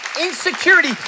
insecurity